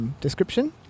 description